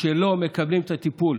שלא מקבלים את הטיפול